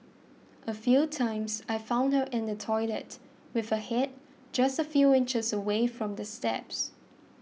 a few times I found her in the toilet with her head just a few inches away from the steps